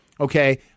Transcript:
okay